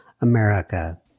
America